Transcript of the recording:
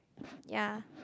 ya